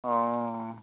অঁ